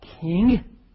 king